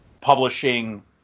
publishing